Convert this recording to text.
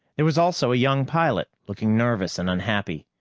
there was also a young pilot, looking nervous and unhappy.